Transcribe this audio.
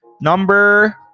Number